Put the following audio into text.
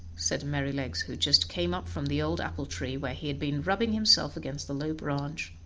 said merrylegs, who just came up from the old apple-tree, where he had been rubbing himself against the low branch.